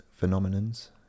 Phenomenons